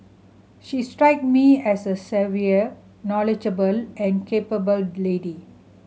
she struck me as a savvy knowledgeable and capable lady